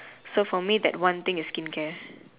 so for me that one thing is skincare